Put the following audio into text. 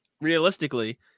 realistically